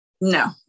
No